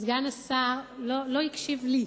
שסגן השר לא הקשיב לי.